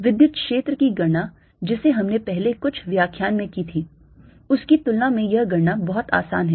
विद्युत क्षेत्र की गणना जिसे हमने पहले कुछ व्याख्यान में की थी उसकी तुलना में यह गणना बहुत आसान है